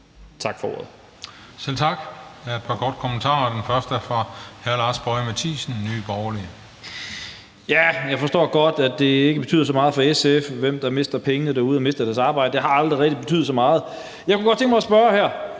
(Christian Juhl): Der er et par korte bemærkninger, og den første er fra hr. Lars Boje Mathiesen, Nye Borgerlige. Kl. 21:00 Lars Boje Mathiesen (NB): Jeg forstår godt, at det ikke betyder så meget for SF, hvem der mister pengene og mister deres arbejde. Det har aldrig rigtig betydet så meget. Jeg kunne godt tænke mig at spørge: